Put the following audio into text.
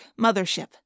mothership